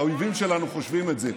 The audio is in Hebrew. האויבים שלנו חושבים את זה,